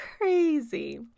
crazy